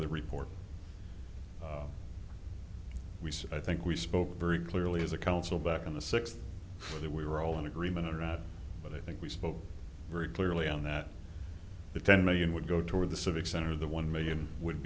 of the report we said i think we spoke very clearly as a council back on the sixth that we were all in agreement about but i think we spoke very clearly on that the ten million would go toward the civic center the one million would